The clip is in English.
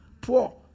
Poor